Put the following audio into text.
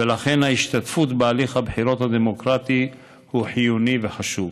ולכן ההשתתפות בהליך הבחירות הדמוקרטי היא חיונית וחשובה.